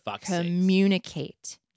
communicate